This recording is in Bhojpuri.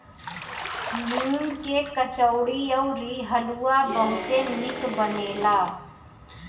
मूंग के कचौड़ी अउरी हलुआ बहुते निक बनेला